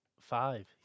five